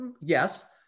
yes